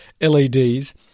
LEDs